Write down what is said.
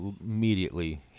immediately –